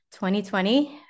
2020